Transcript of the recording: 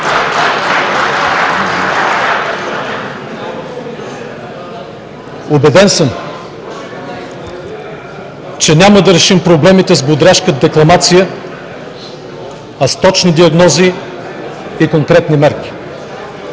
Убеден съм, че няма да решим проблемите с бодряшка декламация, а с точни диагнози и конкретни мерки.